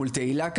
מול תהילה,